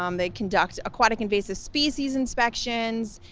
um they conduct aquatic invasive species inspections,